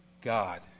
God